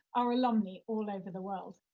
our alumni, all over the world.